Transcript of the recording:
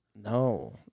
No